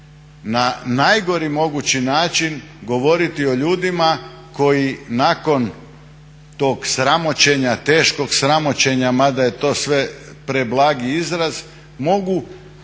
na najgori mogući način, govoriti o ljudima koji nakon tog sramoćenja, teškog sramoćenja, mada je sve to preblagi izraz mogu